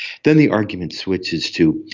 then the argument switches to,